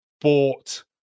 bought